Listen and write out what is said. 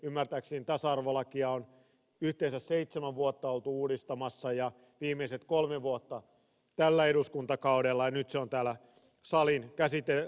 ymmärtääkseni tasa arvolakia on yhteensä seitsemän vuotta oltu uudistamassa ja viimeiset kolme vuotta tällä eduskuntakaudella ja nyt se on täällä salin käsiteltävänä